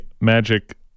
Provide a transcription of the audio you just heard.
magic